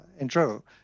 intro